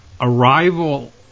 Arrival